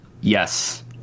Yes